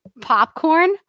popcorn